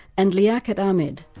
and liaquat ahamed,